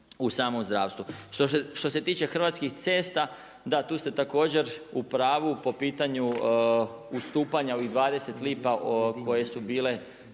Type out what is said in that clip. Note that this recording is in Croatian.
u samom zdravstvu. Što se tiče Hrvatskih cesta, da tu ste također, u pravu po pitanju ustupanju ovih 20 lipa koje su bile